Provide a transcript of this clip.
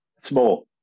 small